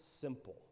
simple